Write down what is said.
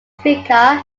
speaker